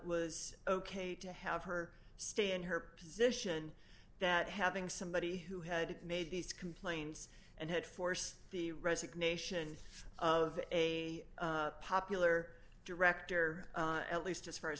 was ok to have her stay in her position that having somebody who had made these complaints and had force the resignation of a popular director at least as far as